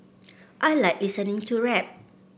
I like listening to rap